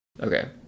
Okay